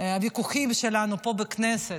הוויכוחים שלנו פה בכנסת,